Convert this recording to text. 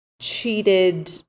cheated